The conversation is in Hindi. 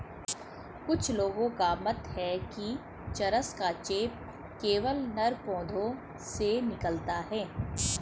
कुछ लोगों का मत है कि चरस का चेप केवल नर पौधों से निकलता है